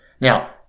Now